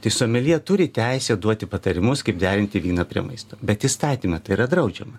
tai someljė turi teisę duoti patarimus kaip derinti vyną prie maisto bet įstatyme tai yra draudžiama